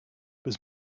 was